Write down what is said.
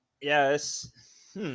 yes